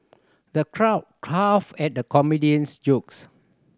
the crowd guffawed at the comedian's jokes